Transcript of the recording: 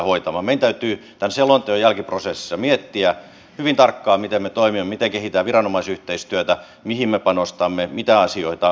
meidän täytyy tämän selonteon jälkiprosessissa miettiä hyvin tarkkaan miten me toimimme miten kehitetään viranomaisyhteistyötä mihin me panostamme mitä asioita me painotamme